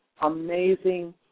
amazing